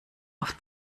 auf